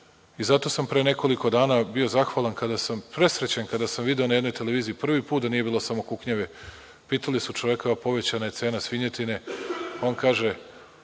i zato sam pre nekoliko dana bio zahvalan kada sam presrećan, kada sam video na jednoj televiziji prvi put da nije bilo samokuknjave, pitali su čoveka povećana je cena svinjetine, on kaže